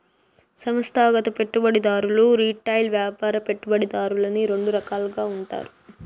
సంస్థాగత పెట్టుబడిదారులు రిటైల్ వ్యాపార పెట్టుబడిదారులని రెండు రకాలుగా ఉంటారు